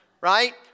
Right